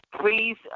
please